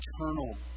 eternal